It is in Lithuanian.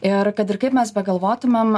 ir kad ir kaip mes begalvotumėm